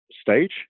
stage